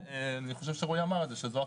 ואני חושב שרועי אמר את זה - שזאת הכוונה.